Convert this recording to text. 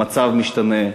המצב משתנה.